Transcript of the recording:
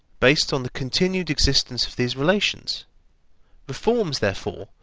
based on the continued existence of these relations reforms, therefore,